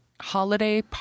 holiday